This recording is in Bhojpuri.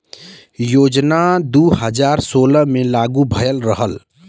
योजना दू हज़ार सोलह मे लागू भयल रहल